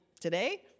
Today